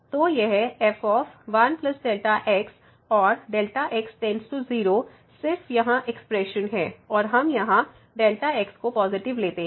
तो यह f1 Δx और Δx→0 सिर्फ यहाँ एक्सप्रेशन है और हम यहाँ Δx को पॉजिटिव लेते हैं